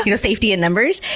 you know safety in numbers.